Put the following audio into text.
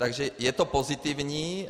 Takže je to pozitivní.